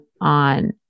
on